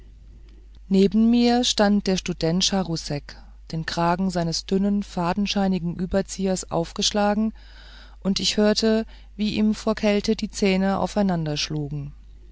neben mir stand der student charousek den kragen seines dünnen fadenscheinigen überziehers aufgeschlagen und ich hörte wie ihm vor kälte die zähne aufeinanderschlugen